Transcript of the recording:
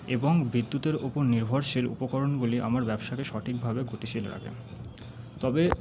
এবং বিদ্যুতের ওপর নির্ভরশীল উপকরণগুলি আমার ব্যবসাকে সঠিকভাবে গতিশীল রাখে তবে